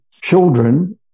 children